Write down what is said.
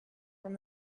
from